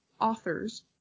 authors